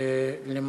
אף